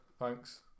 thanks